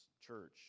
church